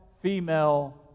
female